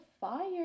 fire